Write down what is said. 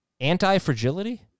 Anti-fragility